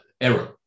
Error